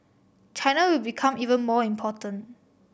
China will become even more important